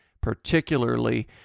particularly